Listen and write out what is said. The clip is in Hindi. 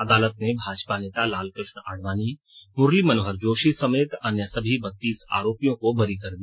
अदालत ने भाजपा नेता लालकृष्ण आडवाणी मुरली मनोहर जोशी समेत अन्य सभी बत्तीस आरोपियों को बरी कर दिया